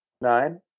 nine